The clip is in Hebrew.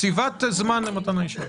קציבת זמן למתן האישור.